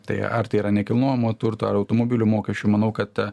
tai ar tai yra nekilnojamo turto ar automobilių mokesčių manau kad